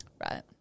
Right